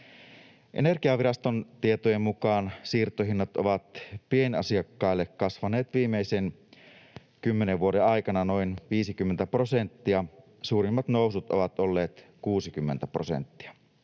Energiaviraston tietojen mukaan siirtohinnat pienasiakkaille ovat kasvaneet viimeisen kymmenen vuoden aikana noin 50 prosenttia. Suurimmat nousut ovat olleet 60 prosenttia.